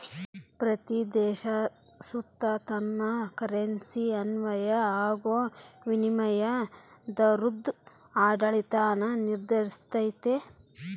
ಪ್ರತೀ ದೇಶ ಸುತ ತನ್ ಕರೆನ್ಸಿಗೆ ಅನ್ವಯ ಆಗೋ ವಿನಿಮಯ ದರುದ್ ಆಡಳಿತಾನ ನಿರ್ಧರಿಸ್ತತೆ